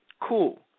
cool